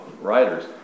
writers